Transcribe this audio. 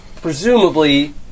presumably